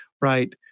right